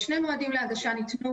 ניתנו שני מועדים להגשה.